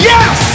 Yes